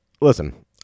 listen